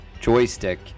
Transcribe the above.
Joystick